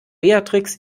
beatrix